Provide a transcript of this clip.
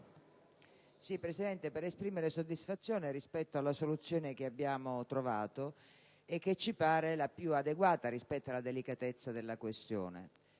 Presidente, vorrei esprimere soddisfazione rispetto alla soluzione che abbiamo trovato, e che ci pare la più adeguata dinanzi alla delicatezza della questione.